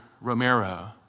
Romero